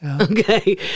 Okay